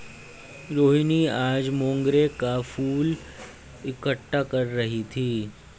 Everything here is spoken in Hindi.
रोहिनी आज मोंगरे का फूल इकट्ठा कर रही थी